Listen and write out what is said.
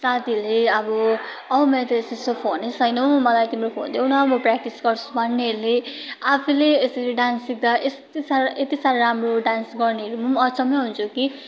साथीहरूले अब औ मेरो त यस्तो यस्तो फोन नै छैन हौ मलाई तिम्रो फोन देऊ न म प्रयाक्टिस गर्छु भन्नेहरूले आफैले यसरी डान्स सिक्दा यस्तो साह्रो यति साह्रो राम्रो डान्स गर्नेहरू म पनि अचम्मै हुन्छु कि